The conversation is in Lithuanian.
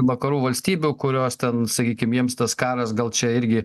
vakarų valstybių kurios ten sakykim jiems tas karas gal čia irgi